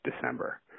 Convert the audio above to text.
December